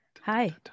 hi